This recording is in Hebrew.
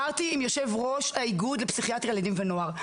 דיברתי עם יושב ראש האיגוד לפסיכיאטריית ילדים ונוער,